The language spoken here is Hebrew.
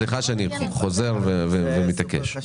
סליחה שאני חוזר ומתעקש,